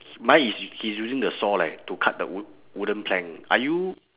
mine is he's using the saw like to cut the wood wooden plank are you